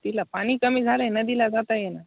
तिला पाणी कमी झालं आ हेनदीला जाता येई ना